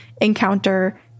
encounter